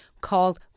called